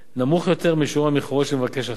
נמוך יותר משיעור המכירות של מבקש אחר.